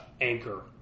anchor